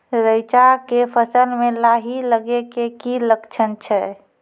रैचा के फसल मे लाही लगे के की लक्छण छै?